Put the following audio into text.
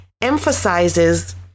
emphasizes